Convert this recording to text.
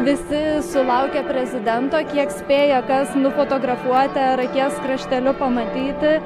visi sulaukę prezidento kiek spėja kas nufotografuoti ar akies krašteliu pamatyti